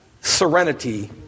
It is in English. serenity